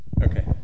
Okay